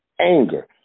anger